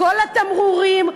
כל התמרורים,